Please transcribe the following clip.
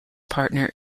partner